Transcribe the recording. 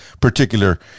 particular